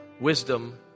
wisdom